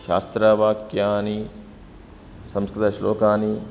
शास्त्रवाक्यानि संस्कृतश्लोकानि